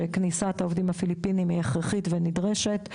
שכניסת העובדים הפיליפינים היא הכרחית ונדרשת.